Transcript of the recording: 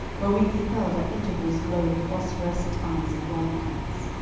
where we beheld at intervals glow the phosphorescent eyes of wild cats.